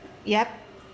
yup